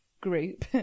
group